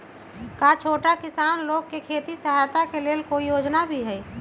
का छोटा किसान लोग के खेती सहायता के लेंल कोई योजना भी हई?